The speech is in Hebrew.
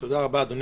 תודה רבה, אדוני